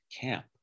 camp